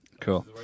Cool